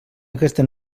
aquesta